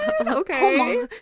Okay